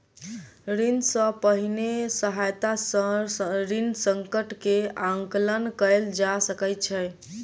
ऋण सॅ पहिने सहायता सॅ ऋण संकट के आंकलन कयल जा सकै छै